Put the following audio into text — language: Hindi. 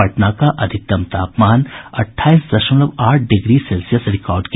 पटना का अधिकतम तापमान अट्ठाईस दशमलव आठ डिग्री सेल्सियस रिकॉर्ड किया